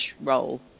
role